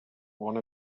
one